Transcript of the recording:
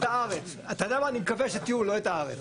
אתה יודע מה, אני מקווה שטיעון, לא את הארץ.